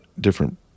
different